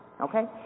Okay